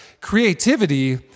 creativity